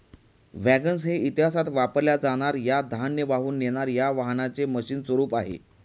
wagons हे इतिहासात वापरल्या जाणार या धान्य वाहून नेणार या वाहनांचे मशीन स्वरूप आहे